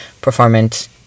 performance